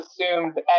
assumed